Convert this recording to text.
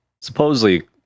Supposedly